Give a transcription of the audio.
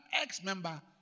ex-member